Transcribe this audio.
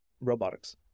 robotics